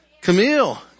Camille